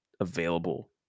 available